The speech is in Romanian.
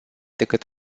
decât